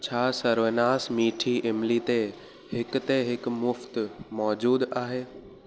छा सर्वनास मीठी इमली ते हिकु ते हिकु मुफ़्ति मौजूदु आहे